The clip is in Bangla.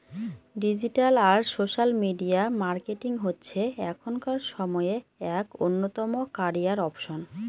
ডিজিটাল আর সোশ্যাল মিডিয়া মার্কেটিং হচ্ছে এখনকার সময়ে এক অন্যতম ক্যারিয়ার অপসন